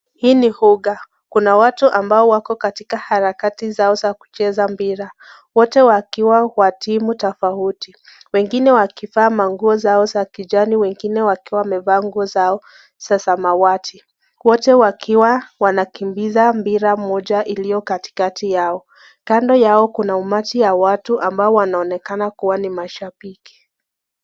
Hii ni uga, Kuna watu ambao wako harakati zao za kucheza mpira, wote wakiwa wa timu tofauti wengine wakivaa manguo zao za kijani wengine wakiwa wamevaa nguo zao za samawati, wote wakiwa wanakimbiza mpira moja iliyo katikati yao, kando yao Kuna umati ya watu ambao wanaonekana kuwa ni kashabiki.